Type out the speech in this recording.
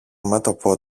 μέτωπο